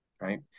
right